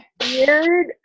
weird